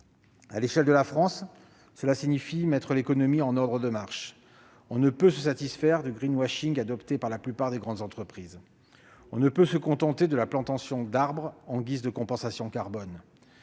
À l'échelle de la France, cela signifie mettre l'économie en ordre de marche. On ne peut se satisfaire du adopté par la plupart des grandes entreprises. On ne peut se contenter de la plantation d'arbres en guise de compensation carbone.